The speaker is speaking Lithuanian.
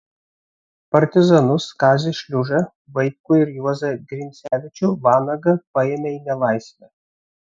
partizanus kazį šliužą vaitkų ir juozą grincevičių vanagą paėmė į nelaisvę